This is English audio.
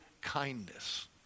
kindness